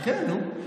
חכה, נו.